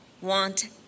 want